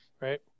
right